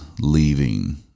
leaving